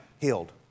healed